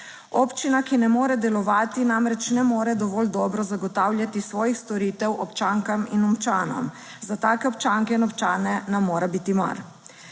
Občina, ki ne more delovati, namreč ne more dovolj dobro zagotavljati svojih storitev občankam in občanom. Za take občanke in občane nam ne mora biti mar.